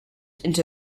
into